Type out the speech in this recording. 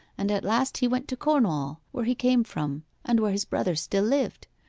and at last he went to cornwall, where he came from, and where his brother still lived,